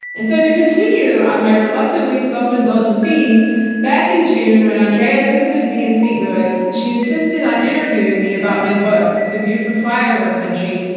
and so to continue on my reluctantly self-indulgent theme, back in june, when andrea visited me in saint louis, she insisted on interviewing me about my book, the view from flyover country,